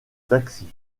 taxi